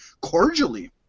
cordially